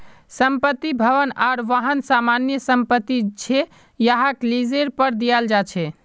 संपत्ति, भवन आर वाहन सामान्य संपत्ति छे जहाक लीजेर पर दियाल जा छे